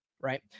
right